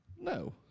No